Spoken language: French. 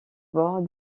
bord